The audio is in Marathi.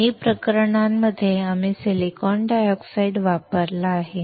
दोन्ही प्रकरणांमध्ये आम्ही सिलिकॉन डायऑक्साइड वापरला आहे